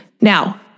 Now